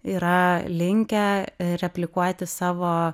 yra linkę replikuoti savo